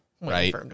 right